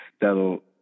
that'll